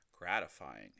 gratifying